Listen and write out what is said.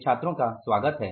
छात्रों का स्वागत हैं